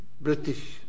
British